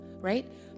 right